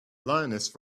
lioness